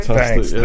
thanks